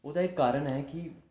ओह्दा इक कारण ऐ कि